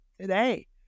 today